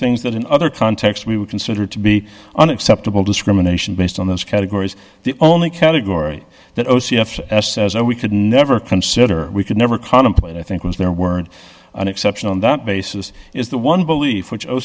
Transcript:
things that in other contexts we would consider to be unacceptable discrimination based on those categories the only category that o c f says are we could never consider we could never contemplate i think was there weren't an exception on that basis is the one belief which o